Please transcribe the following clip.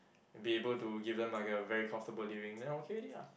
be able to give them like a very comfortable living then okay already lah